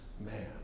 man